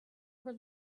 were